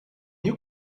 you